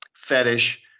fetish